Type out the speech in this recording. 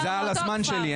זה על הזמן שלי.